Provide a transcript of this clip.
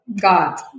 God